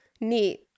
Neat